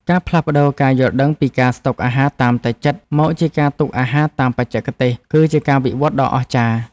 ការផ្លាស់ប្តូរការយល់ដឹងពីការស្តុកអាហារតាមតែចិត្តមកជាការទុកដាក់តាមបច្ចេកទេស គឺជាការវិវត្តដ៏អស្ចារ្យ។